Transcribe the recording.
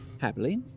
Happily